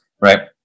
right